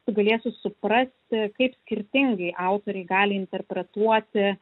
tu galėsi suprasti kaip skirtingai autoriai gali interpretuoti